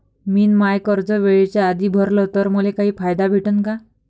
मिन माय कर्ज वेळेच्या आधी भरल तर मले काही फायदा भेटन का?